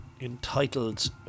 entitled